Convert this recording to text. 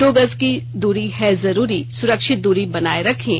दो गज की दूरी है जरूरी सुरक्षित दूरी बनाए रखें